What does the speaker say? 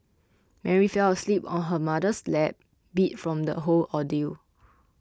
Mary fell asleep on her mother's lap beat from the whole ordeal